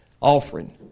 offering